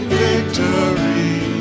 victory